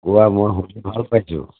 কোৱা মই শুনি ভাল পাইছোঁ